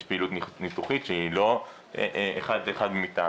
יש פעילות ניתוחית שהיא לא אחד לאחד מיטה.